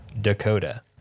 Dakota